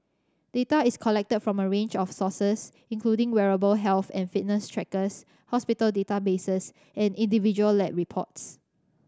data is collected from a range of sources including wearable health and fitness trackers hospital databases and individual lab reports